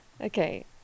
Okay